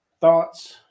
thoughts